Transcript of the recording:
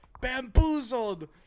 Bamboozled